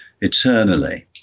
eternally